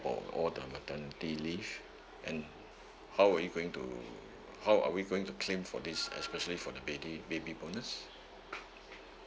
about all the maternity leave and how are we going to how are we going to claim for this especially for the baby baby bonus